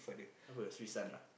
how about the Srisun ah